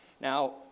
Now